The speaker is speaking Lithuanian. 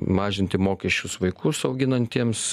mažinti mokesčius vaikus auginantiems